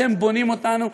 אתם בונים אותנו.